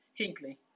Hinkley